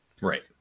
right